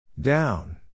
Down